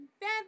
bad